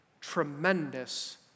tremendous